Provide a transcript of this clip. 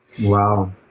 wow